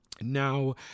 now